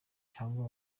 cyangwa